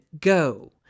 go